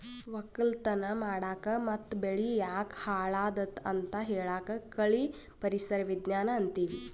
ವಕ್ಕಲತನ್ ಮಾಡಕ್ ಮತ್ತ್ ಬೆಳಿ ಯಾಕ್ ಹಾಳಾದತ್ ಅಂತ್ ಹೇಳಾಕ್ ಕಳಿ ಪರಿಸರ್ ವಿಜ್ಞಾನ್ ಅಂತೀವಿ